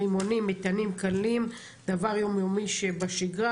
רימונים ומטענים קלים דבר יום יומי שבשגרה,